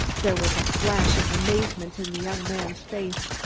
there was a flash of amazement in the young man's face,